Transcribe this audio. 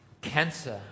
cancer